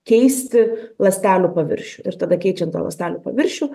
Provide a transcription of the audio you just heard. keisti ląstelių paviršių ir tada keičiant tą ląstelių paviršių